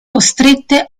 costrette